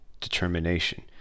determination